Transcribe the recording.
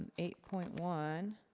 eight point one,